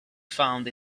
found